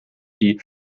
die